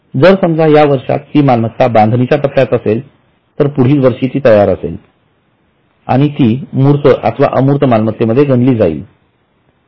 जर समजा या वर्षात ती मालमत्ता बांधणीच्या टप्प्यात असेल तर पुढील वर्षी ती तयार असेल आणि ती मूर्त अथवा अमूर्त मालमत्तेमध्ये गणली जाईल